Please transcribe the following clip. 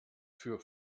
für